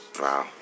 Wow